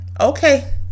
Okay